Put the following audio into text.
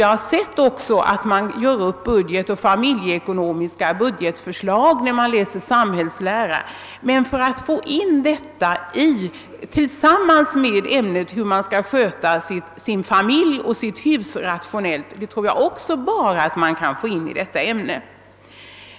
Jag har sett att det görs upp familjeekonomiska budgetförslag i samband med undervisningen i samhällslära, men jag tror att detta kan föras in i undervisningen om hur man skall sköta sin familj och sitt hushåll rationellt endast inom ramen för ämnet hemkunskap.